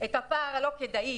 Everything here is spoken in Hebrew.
את הפער הלא כדאי.